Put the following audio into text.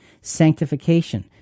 sanctification